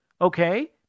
okay